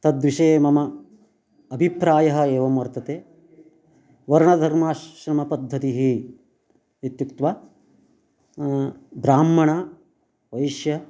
तद्विषये मम अभिप्रायः एवं वर्तते वर्णधर्माश्रमपद्धतिः इत्युक्त्वा ब्राह्मणवैश्य